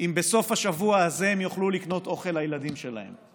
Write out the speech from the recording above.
אם בסוף השבוע הזה הם יוכלו לקנות אוכל לילדים שלהם.